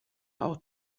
auch